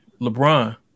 LeBron